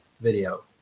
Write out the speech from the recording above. video